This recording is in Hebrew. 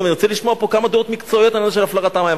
אני רוצה לשמוע פה כמה דעות מקצועיות על הפלרת המים.